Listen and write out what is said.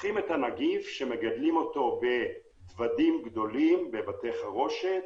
לוקחים את הנגיף שמגדלים בדוודים גדולים בבתי חרושת,